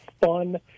fun